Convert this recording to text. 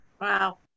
Wow